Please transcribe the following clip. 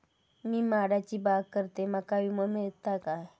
मी माडाची बाग करतंय माका विमो मिळात काय?